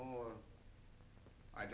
or i